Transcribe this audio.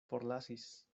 forlasis